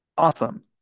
Awesome